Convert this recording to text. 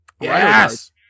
Yes